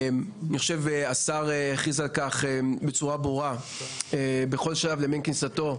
אני חושב שהשר הכריז על כך בצורה ברורה בכל שלב מכניסתו,